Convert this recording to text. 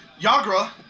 Yagra